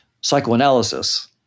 psychoanalysis